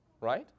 right